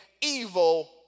evil